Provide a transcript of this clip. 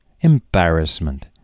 Embarrassment